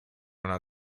una